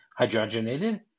hydrogenated